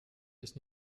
ich